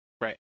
Right